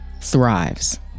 thrives